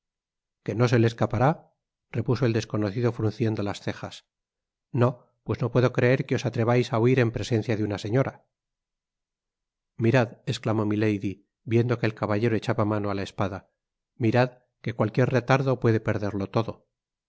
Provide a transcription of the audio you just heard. qué no se le escapará repuso el desconocido frunciendo las cejas no pues no puedo creer que os atrevais á huir en presencia de una señora mirad esclamó milady viendo que el caballero echaba mano á la espada mirad que cualquier retardo puede perderlo todo